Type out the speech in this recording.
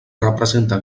representa